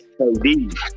KD